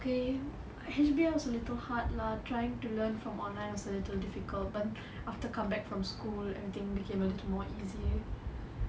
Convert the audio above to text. okay H_B_L is a little hard lah trying to learn from online is a little difficult but after come back from school everything became a little more easy